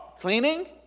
cleaning